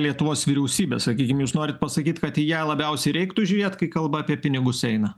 lietuvos vyriausybė sakykim jūs norit pasakyti kad į ją labiausiai reiktų žiūrėt kai kalba apie pinigus eina